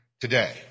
today